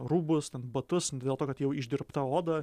rūbus batus dėl to kad jau išdirbta oda